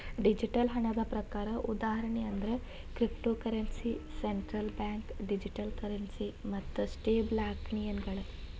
digital ಹಣದ ಪ್ರಕಾರ ಉದಾಹರಣಿ ಅಂದ್ರ cryptocurrency, central bank digital currency ಮತ್ತ ಸ್ಟೇಬಲ್ಕಾಯಿನ್ಗಳ